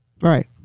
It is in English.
Right